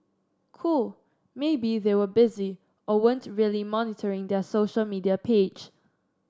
cool maybe they were busy or weren't really monitoring their social media page